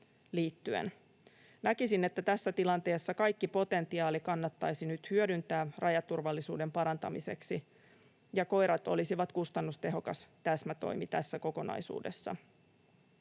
Näkisin, että tässä tilanteessa kaikki potentiaali kannattaisi nyt hyödyntää rajaturvallisuuden parantamiseksi, ja koirat olisivat kustannustehokas täsmätoimi tässä kokonaisuudessa.